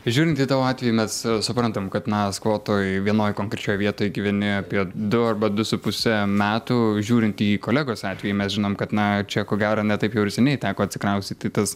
žiūrint į tavo atvejį mes suprantam kad na skvotoj vienoj konkrečioj vietoj gyveni apie du arba du su puse metų žiūrint į kolegos atvejį mes žinom kad na čia ko gero ne taip jau ir seniai teko atsikraustyti tas